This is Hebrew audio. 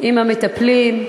עם המטפלים.